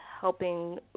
helping